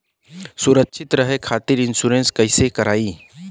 सुरक्षित रहे खातीर इन्शुरन्स कईसे करायी?